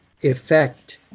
effect